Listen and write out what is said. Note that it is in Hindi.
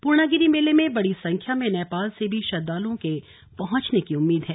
पूर्णागिरी मेले में बड़ी संख्या में नेपाल से भी श्रद्वालुओं के पहुंचने की उम्मीद है